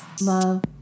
love